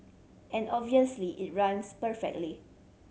and obviously it rhymes perfectly